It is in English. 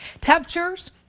temperatures